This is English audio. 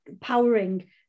powering